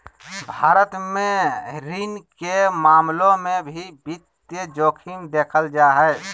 भारत मे ऋण के मामलों मे भी वित्तीय जोखिम देखल जा हय